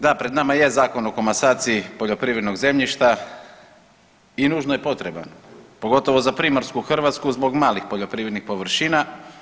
Da, pred nama je Zakon o komasaciji poljoprivrednog zemljišta i nužno je potreban pogotovo za primorsku Hrvatsku zbog malih poljoprivrednih površina.